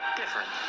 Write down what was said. different